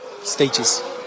stages